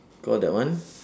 call that one